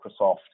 Microsoft